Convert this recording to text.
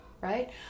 right